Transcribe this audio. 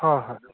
ꯍꯣꯏ ꯍꯣꯏ